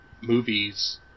movies